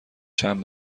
چند